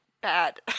bad